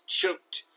choked